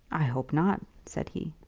i hope not, said he.